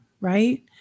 Right